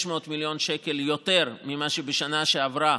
600 מיליון שקל יותר ממה שבשנה שעברה,